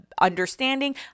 understanding